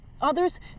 Others